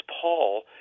Paul